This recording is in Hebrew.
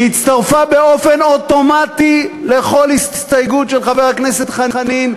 היא הצטרפה באופן אוטומטי לכל הסתייגות של חבר הכנסת חנין,